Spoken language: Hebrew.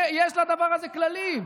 יש לדבר הזה כללים.